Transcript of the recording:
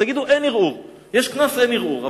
אז תגידו: אין ערעור, יש קנס ואין ערעור.